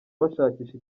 bashakisha